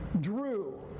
drew